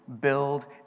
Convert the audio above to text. build